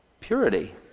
Purity